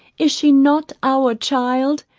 is she not our child?